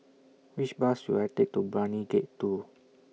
Which Bus should I Take to Brani Gate two